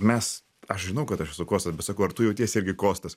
mes aš žinau kad aš esu kostas bet sakau ar tu jautiesi irgi kostas